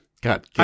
God